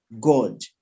god